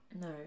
No